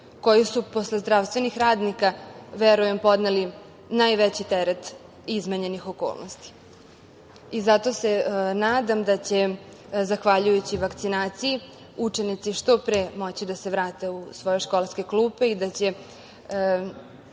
koji su posle zdravstvenih radnika, verujem, podneli najveći teret izmenjenih okolnosti. Zato se nadam da će zahvaljujući vakcinaciji učenici što pre moći da se vrate u svoje školske klupe i da će